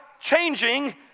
Changing